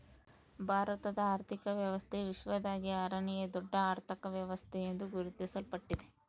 ಭಾರತದ ಆರ್ಥಿಕ ವ್ಯವಸ್ಥೆ ವಿಶ್ವದಾಗೇ ಆರನೇಯಾ ದೊಡ್ಡ ಅರ್ಥಕ ವ್ಯವಸ್ಥೆ ಎಂದು ಗುರುತಿಸಲ್ಪಟ್ಟಿದೆ